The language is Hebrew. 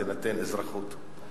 תינתן אזרחות.